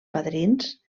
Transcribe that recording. padrins